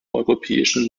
europäischen